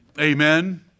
Amen